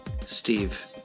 Steve